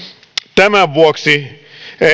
tämän vuoksi